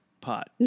pot